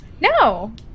No